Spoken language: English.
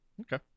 okay